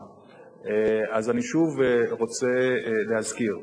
אז אני שוב רוצה להזכיר: